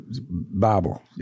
Bible